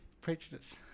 prejudice